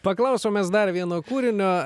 paklausom mes dar vieno kūrinio